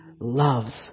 loves